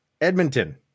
Edmonton